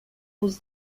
was